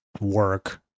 work